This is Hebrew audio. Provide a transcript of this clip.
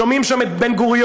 שומעים שם את בן-גוריון,